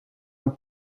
aan